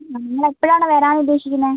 നിങ്ങൾ എപ്പോഴാണ് വരാൻ ഉദ്ദേശിക്കുന്നത്